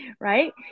Right